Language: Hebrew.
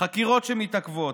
חקירות שמתעכבות,